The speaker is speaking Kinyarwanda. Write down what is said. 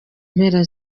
mpera